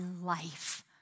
life